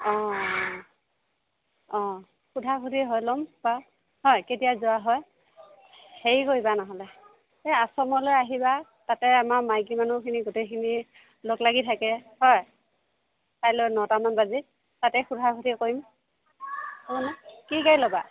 অ অ সধা সুধি হৈ লম বাৰু হয় কেতিয়া যোৱা হয় হেৰি কৰিবা নহ'লে এই আশ্ৰমলৈ আহিবা তাতে আমাৰ মাইকী মানুহখিনি গোটেইখিনি লগ লাগি থাকে হয় কাইলৈ নটামান বাজিত তাতে সুধা সুধি কৰিম কি গাড়ী ল'বা